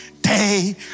day